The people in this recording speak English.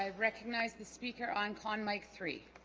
um recognize the speaker on con mike three